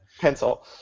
Pencil